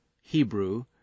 Hebrew